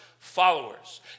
Followers